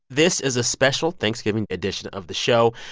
this is a special thanksgiving edition of the show.